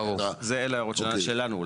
אלה ההערות שלנו.